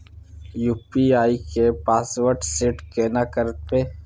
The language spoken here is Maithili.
यु.पी.आई के पासवर्ड सेट केना करबे?